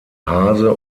hase